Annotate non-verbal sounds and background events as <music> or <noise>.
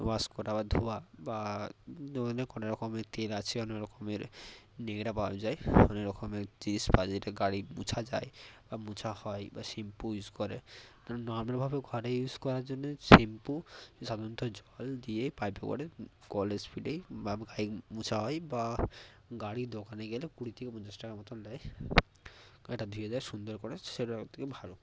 wash করা বা ধোয়া বা <unintelligible> কোনো রকমের তেল আছে অনেক রকমের ন্যাকড়া পাওয়া যায় অনেক রকমের জিনিস পাওয়া যায় যেটা গাড়ি মোছা যায় বা মোছা হয় বা শ্যাম্পু ইউজ করে কারণ নর্মালভাবে ঘরে ইউজ করার জন্য শ্যাম্পু সাধারণত জল দিয়ে পাইপে করে কলের স্পিডেই বা বাইক মোছা হয় বা গাড়ির দোকানে গেলে কুড়ি থেকে পঞ্চাশ টাকার মতন নেয় গাড়িটা ধুয়ে দেয় সুন্দর করে সেটা <unintelligible> থেকে ভালো